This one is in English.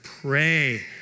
pray